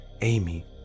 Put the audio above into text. Amy